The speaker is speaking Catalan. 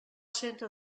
centre